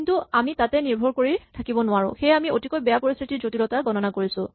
কিন্তু আমি তাতে নিৰ্ভৰ কৰি থাকিব নোৱাৰো সেয়ে আমি অতিকৈ বেয়া পৰিস্হিতিৰ জটিলতা গণনা কৰিছো